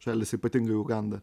šalys ypatingai uganda